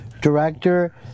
director